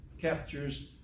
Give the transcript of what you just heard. captures